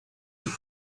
week